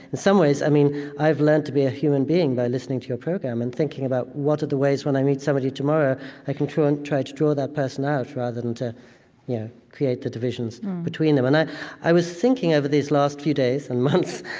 in some ways, i mean, i've learned to be a human being by listening to your program and thinking about what are the ways when i meet somebody tomorrow i can try and try to draw that person out rather than to yeah create the divisions between them. and i i was thinking over these last few days and months,